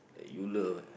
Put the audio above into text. that you love